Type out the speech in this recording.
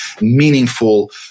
meaningful